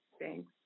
Thanks